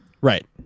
Right